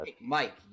Mike